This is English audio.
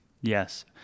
Yes